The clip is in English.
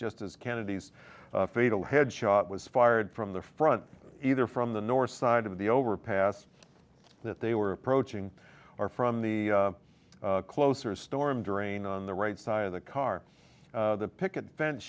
just as kennedy's fatal head shot was fired from the front either from the north side of the overpass that they were approaching or from the closer a storm drain on the right side of the car the picket fence